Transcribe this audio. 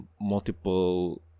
multiple